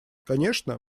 конечно